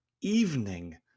evening